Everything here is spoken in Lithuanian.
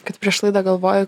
kad prieš laidą galvojai